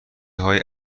های